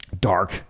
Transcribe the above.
dark